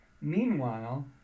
Meanwhile